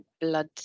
blood